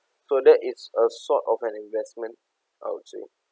so that it's a sort of an investment I would say